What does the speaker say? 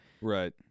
Right